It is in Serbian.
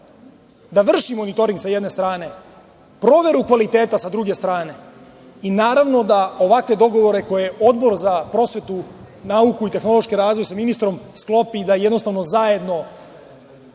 da vrši monitoring s jedne strane, proveru kvaliteta sa druge strane, i naravno, da ovakve dogovore koje Odbor za prosvetu, nauku i tehnološki razvoj sa ministrom sklopi da jednostavno zajedno